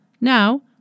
Now